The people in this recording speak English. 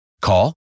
Call